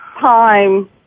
time